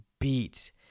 beat